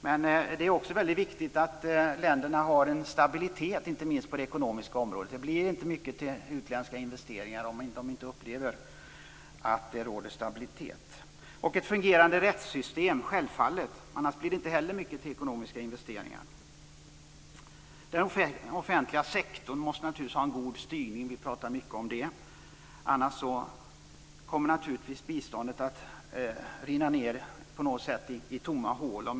Men det är också väldigt viktigt att länderna har en stabilitet, inte minst på det ekonomiska området. Det blir inte mycket till utländska investeringar om det inte råder stabilitet och självfallet också ett fungerande rättssystem. Den offentliga sektorn måste naturligtvis ha en god styrning. Om inte den offentliga sektorns styrning fungerar i mottagarländerna kommer biståndet att rinna ned i tomma hål.